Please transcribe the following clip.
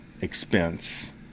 expense